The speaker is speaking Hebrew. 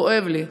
כואב לי,